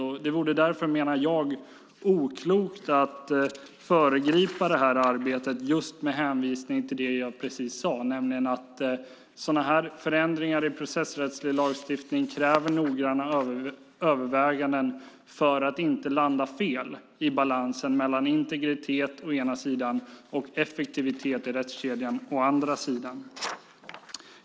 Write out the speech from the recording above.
Jag menar att det vore oklokt att föregripa det här arbetet med hänvisning till det jag just sade, nämligen att sådana här förändringar i processrättslig lagstiftning kräver noggranna överväganden för att inte landa fel när det gäller balansen mellan integritet å ena sidan och effektivitet i rättskedjan å andra sidan.